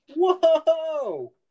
Whoa